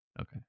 Okay